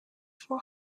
for